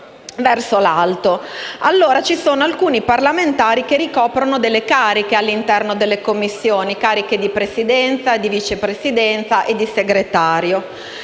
verso l'alto. Ci sono alcuni parlamentari che ricoprono delle cariche all'interno delle Commissioni, ad esempio le cariche di Presidente, di Vice Presidente e di Segretario.